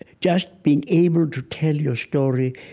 just being able to tell your story,